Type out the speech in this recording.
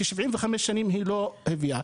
כי 75 שנים היא לא הובילה.